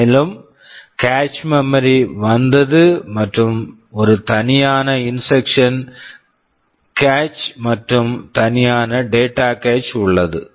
மேலும் cache memory cache memory வந்தது மற்றும் ஒரு தனியான இன்ஸ்ட்ரக்க்ஷன் கேச் instruction cache மற்றும் தனியான டேட்டா கேச் data cacheஉள்ளது